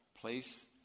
place